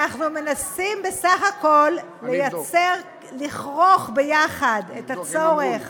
הנמקה מהמקום אנחנו מנסים בסך הכול לכרוך יחד את הצורך